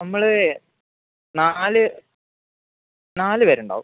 നമ്മൾ നാല് നാലുപേരുണ്ടാവും